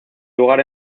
lugar